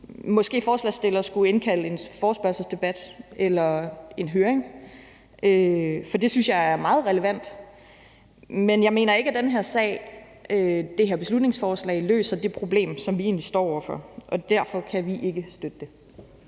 skulle forslagsstilleren indkalde til en forespørgselsdebat eller en høring, for det synes jeg er meget relevant. Men jeg mener ikke, at det her beslutningsforslag løser det problem, som vi egentlig står over for, og derfor kan vi ikke støtte det.